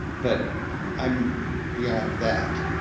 but i'm beyond that.